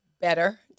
better